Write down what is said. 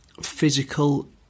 physical